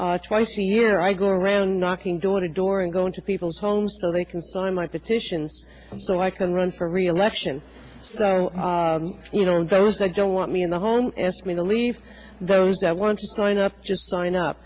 politician twice a year i go around knocking door to door and go into people's homes so they can sign my petition so i can run for reelection so you know that was i don't want me in the home asked me to leave those that want to sign up just sign up